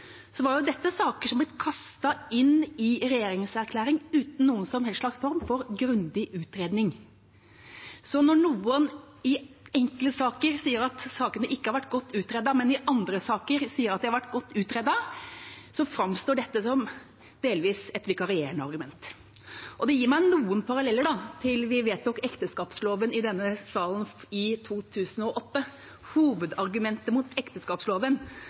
Så når noen i enkelte saker sier at sakene ikke har vært godt utredet, men i andre saker sier at de har vært godt utredet, framstår dette som et delvis vikarierende argument. Det gir meg noen paralleller til da vi vedtok endringer i ekteskapsloven i denne salen i 2008. Hovedargumentet mot ekteskapsloven